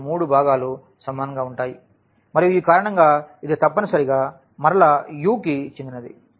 కాబట్టి మూడు భాగాలు సమానంగా ఉంటాయి మరియు ఈ కారణంగా ఇది తప్పనిసరిగా మరలా Uకి చెందినది